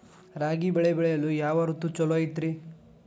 ರಾಗಿ ಬೆಳೆ ಬೆಳೆಯಲು ಯಾವ ಋತು ಛಲೋ ಐತ್ರಿ?